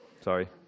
sorry